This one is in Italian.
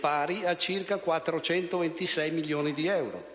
pari a circa 426 milioni di euro,